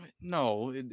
no